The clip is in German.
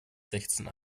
sechzehn